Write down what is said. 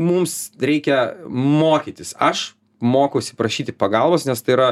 mums reikia mokytis aš mokausi prašyti pagalbos nes tai yra